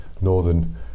northern